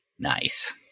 nice